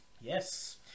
Yes